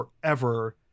forever